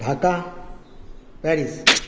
Dhaka Paris